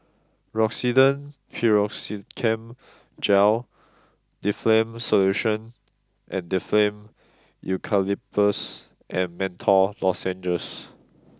Rosiden Piroxicam Gel Difflam Solution and Difflam Eucalyptus and Menthol Lozenges